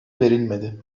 verilmedi